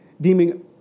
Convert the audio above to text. deeming